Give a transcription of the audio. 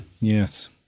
Yes